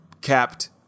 capped